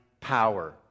power